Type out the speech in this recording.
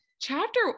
chapter